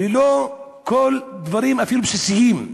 ויודע שהם ללא כל תנאים בסיסיים,